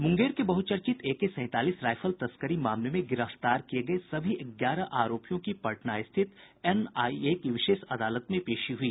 मुंगेर के बहुचर्चित एके सैंतालीस राइफल तस्करी मामले में गिरफ्तार किये गये सभी ग्यारह आरोपियों की पटना रिथित एनआईए की विशेष अदालत में पेशी हुई